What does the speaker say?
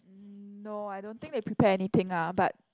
mm no I don't think they prepare anything ah but